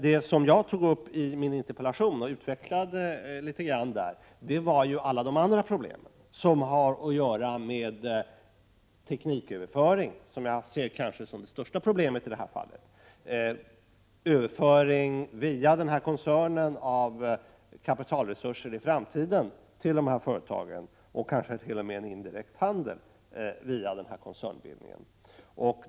Det jag tog upp i min interpellation och utvecklade litet var alla andra problem, som har att göra med tekniköverföring — det kanske är det största problemet —, överföring via denna koncern av kapitalresurser till detta företag i framtiden och kansket.o.m. genom handel via koncernbildningen.